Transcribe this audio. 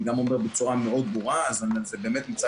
אני גם אומר בצורה מאוד ברורה שזה באמת נמצא